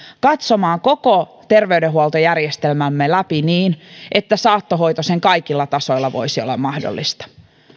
katsomaan koko terveydenhuoltojärjestelmämme läpi niin että saattohoito sen kaikilla tasoilla voisi olla mahdollista